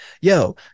Yo